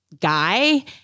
guy